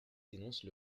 dénoncent